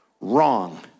wrong